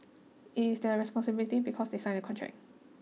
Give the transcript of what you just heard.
it's their responsibility because they sign the contract